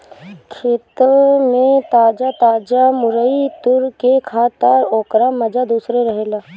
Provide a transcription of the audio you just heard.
खेते में ताजा ताजा मुरई तुर के खा तअ ओकर माजा दूसरे रहेला